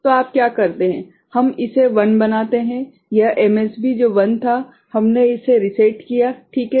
तो आप क्या करते हैं हम इसे 1 बनाते हैं यह MSB जो 1 था हमने इसे रीसेट किया ठीक है